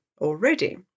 already